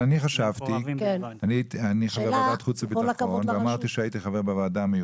אני חבר בוועדת חוץ וביטחון,